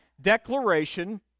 declaration